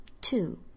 Two